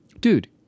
dude